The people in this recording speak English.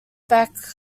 beck